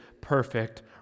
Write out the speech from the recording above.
perfect